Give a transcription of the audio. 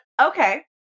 okay